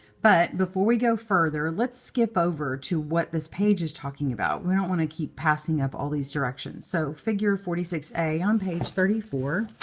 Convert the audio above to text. but before we go further, let's skip over to what this page is talking about. we don't want to keep passing up all these directions. so figure forty six a on page thirty four.